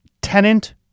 tenant